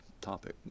topic